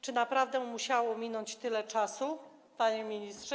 Czy naprawdę musiało minąć tyle czasu, panie ministrze?